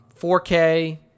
4K